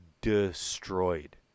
destroyed